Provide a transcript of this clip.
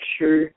sure